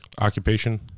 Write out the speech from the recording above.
Occupation